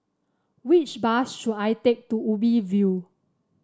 which bus should I take to Ubi View